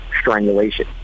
strangulation